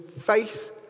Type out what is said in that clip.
faith